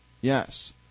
Yes